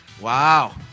Wow